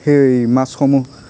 সেই মাছসমূহ